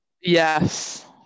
Yes